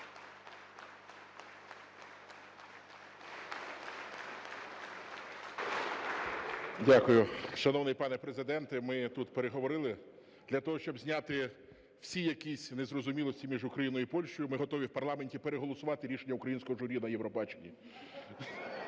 Дякую. Шановний пане Президенте, ми тут переговорили, для того, щоб зняти всі якісь незрозумілості між Україною і Польщею, ми готові в парламенті переголосувати рішення українського журі на Євробаченні.